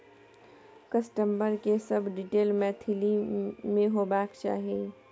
customer के सब detail Maithili में होबाक चाही